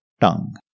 tongue